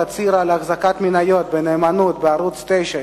תצהיר על אחזקת מניות (בנאמנות) בערוץ-9,